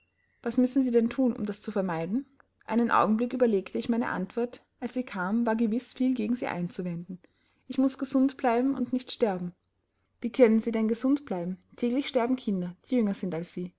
was müssen sie denn thun um das zu vermeiden einen augenblick überlegte ich meine antwort als sie kam war gewiß viel gegen sie einzuwenden ich muß gesund bleiben und nicht sterben wie können sie denn gesund bleiben täglich sterben kinder die jünger sind als sie